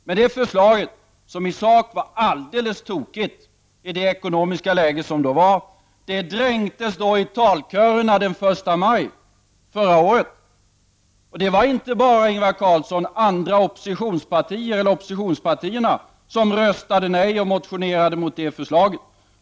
Men det förslaget, som i sak var alldeles tokigt i det ekonomiska läge som då var, dränktes i talkörerna första maj förra året. Det var inte bara oppositionspartierna som röstade nej och motionerade mot förslaget.